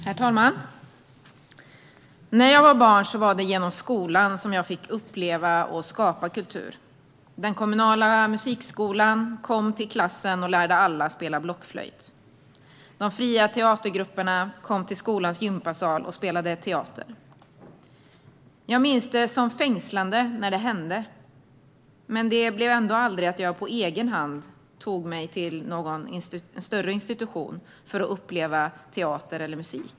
Herr talman! När jag var barn var det genom skolan som jag fick uppleva och skapa kultur. Den kommunala musikskolan kom till klassen och lärde alla spela blockflöjt. De fria teatergrupperna kom till skolans gympasal och spelade teater. Jag minns det som fängslande när det hände. Men jag tog mig ändå aldrig på egen hand till någon större institution för att uppleva teater eller musik.